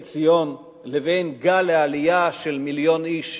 ציון לבין גל העלייה של מיליון איש,